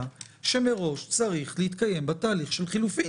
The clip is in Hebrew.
שמראש צריך להתקיים בה תהליך של חילופים.